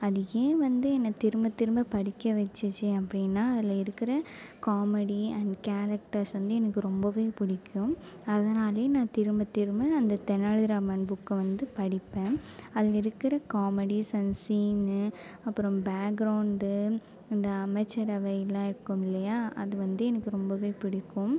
அது ஏன் வந்து என்னை திரும்ப திரும்ப படிக்க வச்சுச்சி அப்படினா அதில் இருக்கிற காமெடி அண்ட் கேரக்ட்டர்ஸ் வந்து எனக்கு ரொம்ப புடிக்கும் அதனாம் நான் திரும்ப திரும்ப அந்த தெனாலிராமன் புக்கை வந்து படிப்பேன் அதில் இருக்கிற காமெடிஸ் அண்ட் சீன்னு அப்புறம் பேக்ரௌண்ட்டு அந்த அமைச்சரவைலாம் இருக்குமில்லையா அது வந்து எனக்கு ரொம்ப பிடிக்கும்